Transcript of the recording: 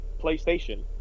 PlayStation